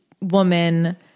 woman